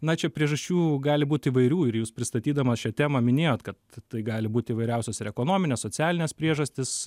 na čia priežasčių gali būt įvairių ir jūs pristatydamas šią temą minėjot kad tai gali būt įvairiausios ir ekonominės socialinės priežastys